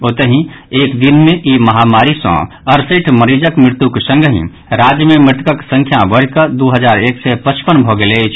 ओतहि एक दिन मे ई महामारी सँ अड़सठि मरीजक मृत्युक संगहि राज्य मे मृतक संख्या बढ़ि कऽ दू हजार एक सय पचपन भऽ गेल अछि